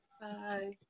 Bye